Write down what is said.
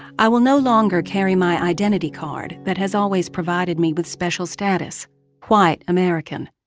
i will no longer carry my identity card that has always provided me with special status white american,